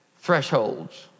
thresholds